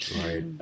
right